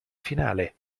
finale